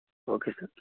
okay sir